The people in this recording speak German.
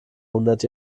hundert